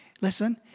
Listen